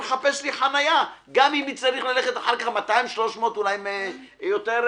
אני מחפש לי חניה גם אם אצטרך אחר כך ללכת 200 300 מטרים ברגל.